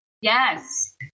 Yes